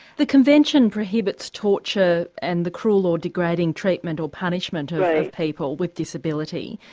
the convention prohibits torture and the cruel or degrading treatment or punishment of people with disability.